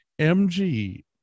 MG